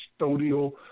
custodial